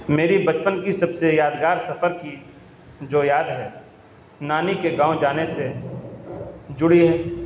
میری بچپن کی سب سے یادگار سفر کی جو یاد ہے نانی کے گاؤں جانے سے جڑی ہے